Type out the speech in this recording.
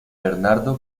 bernardo